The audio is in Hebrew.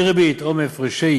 מריבית או מהפרשי